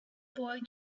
boy